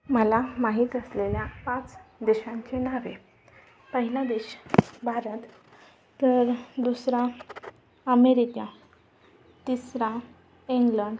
मला माहीत असलेल्या पाच देशांची नावे पहिला देश भारत तर दुसरा अमेरिका तिसरा इंग्लंड